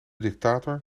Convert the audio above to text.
dictator